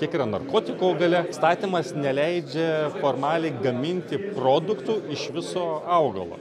kiek yra narkotikų augale įstatymas neleidžia formaliai gaminti produktų iš viso augalo